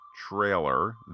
trailer